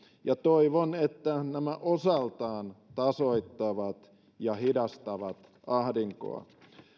ja toivon että nämä osaltaan tasoittavat ja hidastavat ahdinkoa